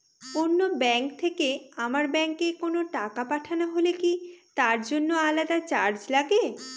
অন্য ব্যাংক থেকে আমার ব্যাংকে কোনো টাকা পাঠানো হলে কি তার জন্য আলাদা চার্জ লাগে?